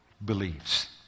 Believes